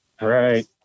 Right